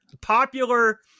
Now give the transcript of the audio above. popular